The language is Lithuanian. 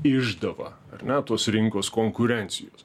išdava ar ne tos rinkos konkurencijos